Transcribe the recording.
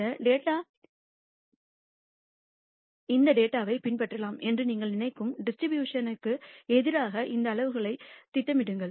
இந்தத் டேட்டாவை பின்பற்றலாம் என்று நீங்கள் நினைக்கும் டிஸ்ட்ரிபியூஷன் ற்கு எதிராக இந்த அளவுகளைத் திட்டமிடுங்கள்